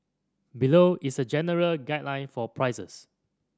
below is a general guideline for prices